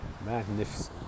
Magnificent